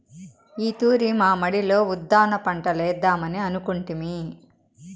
ఈ తూరి మా మడిలో ఉద్దాన పంటలేద్దామని అనుకొంటిమి